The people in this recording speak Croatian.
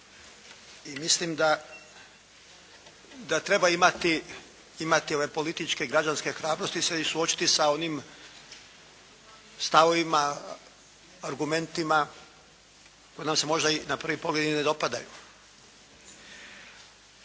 I mislim da treba imati političke, građanske hrabrosti i suočiti se sa onim stavovima, argumentima koji nam se možda na prvi pogled i ne dopadaju.